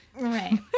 Right